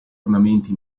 ornamenti